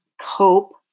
cope